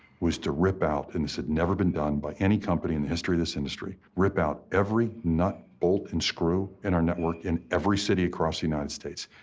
was to rip out, and this had never been done by any company in the history of this industry, rip out every nut, bolt, and screw in our network in every city across the united states.